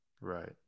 right